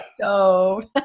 stove